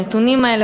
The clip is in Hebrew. הנתונים האלה,